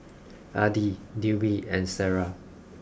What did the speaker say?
Adi Dwi and Sarah